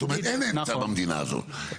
זאת אומרת: אין אמצע במדינה הזאת,